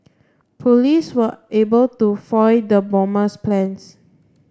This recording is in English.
police were able to foil the bomber's plans